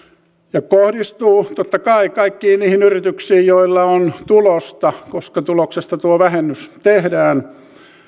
ja kohdistuu totta kai kaikkiin niihin yrityksiin joilla on tulosta koska tuloksesta tuo vähennys tehdään